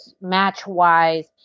match-wise